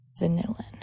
vanillin